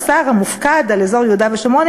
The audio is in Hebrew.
השר המופקד על אזור יהודה ושומרון,